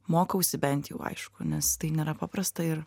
mokausi bent jau aišku nes tai nėra paprasta ir